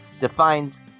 defines